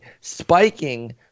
Spiking